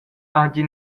hagi